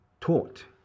taught